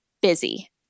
busy